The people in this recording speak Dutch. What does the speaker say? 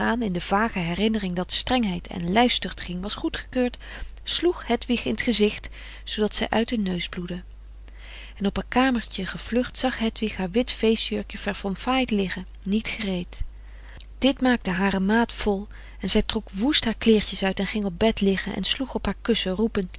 in de vage herinnering dat strengheid en lijfstuchtiging was goedgekeurd sloeg hedwig in t gezicht zoodat zij uit den neus bloedde en op haar kamertje gevlucht zag hedwig haar wit feestjurkje verfomfaaid liggen niet gereed dit maakte frederik van eeden van de koele meren des doods hare maat vol en zij trok woest haar kleertjes uit en ging op bed liggen en sloeg op haar kussen roepend